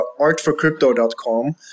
artforcrypto.com